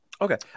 Okay